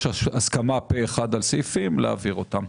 הסכמה פה אחד על סעיפים להעביר אותם.